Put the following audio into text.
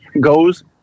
goes